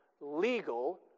legal